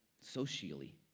socially